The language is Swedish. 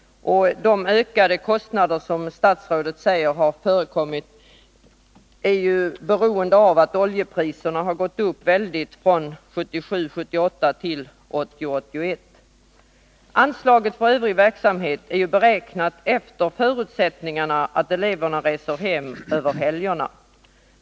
De kostnadsökningar som förekommit beror ju på att oljepriserna har gått upp mycket från 1977 81. Anslaget för övrig verksamhet är ju beräknat efter förutsättningen att eleverna reser hem över helgerna.